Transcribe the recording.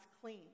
clean